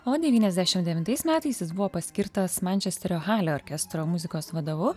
o devyniasdešim devintais metais jis buvo paskirtas mančesterio halio orkestro muzikos vadovu